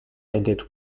ended